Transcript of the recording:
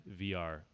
vr